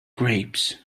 grapes